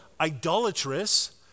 idolatrous